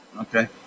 okay